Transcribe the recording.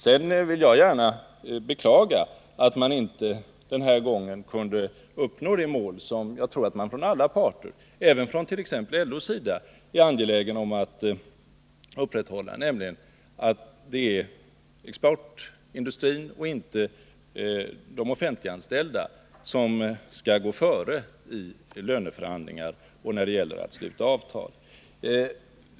Jag vill gärna beklaga att man denna gång inte kunde uppnå det mål som jag tror alla parter, även t.ex. LO, är angelägna om, nämligen att det är de inom exportindustrin verksamma och inte de offentliganställda som skall gå före i löneförhandlingar och när det gäller att sluta avtal.